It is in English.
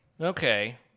okay